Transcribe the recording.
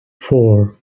four